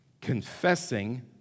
Confessing